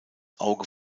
auge